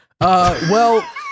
well-